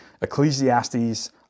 Ecclesiastes